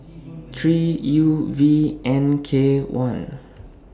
three U V N K one